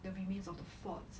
the remains of the forts